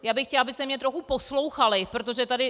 Já bych chtěla, byste mě trochu poslouchali, protože tady...!